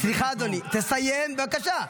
סליחה, אדוני, תסיים, בבקשה.